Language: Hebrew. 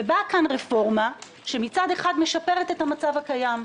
באה כאן רפורמה שמצד אחד משפרת את המצב הקיים,